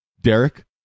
derek